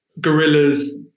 gorilla's